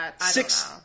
six